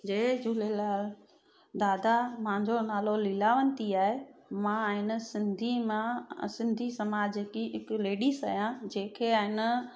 जय झूलेलाल दादा मुंहिंजो नालो लीलावंती आहेमां आहे न सिंधी मां सिंधी समाज की हिकु लेडीस आहियां जंहिंखे आहे न